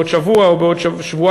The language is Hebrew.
בעוד שבוע או בעוד שבועיים,